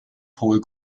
paul